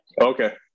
Okay